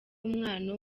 umwana